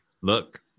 look